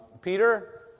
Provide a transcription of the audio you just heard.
Peter